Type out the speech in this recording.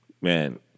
Man